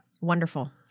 Wonderful